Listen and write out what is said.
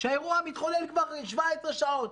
שהאירוע מתחולל כבר 17 שעות,